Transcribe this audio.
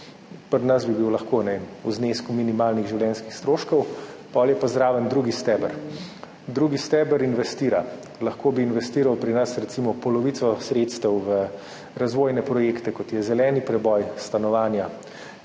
pri nas bi bil lahko, ne vem, v znesku minimalnih življenjskih stroškov, potem je pa zraven drugi steber. Drugi steber investira. Lahko bi investiral pri nas recimo polovico sredstev v razvojne projekte, kot je zeleni preboj, stanovanja,